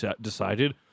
decided